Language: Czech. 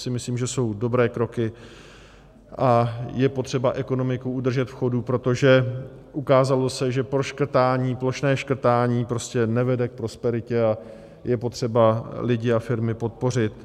To si myslím, že jsou dobré kroky, a je potřeba ekonomiku udržet chodu, protože se ukázalo, že proškrtání, plošné škrtání prostě nevede k prosperitě, a je potřeba lidi a firmy podpořit.